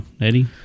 Eddie